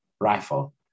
rifle